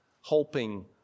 hoping